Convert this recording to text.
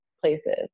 places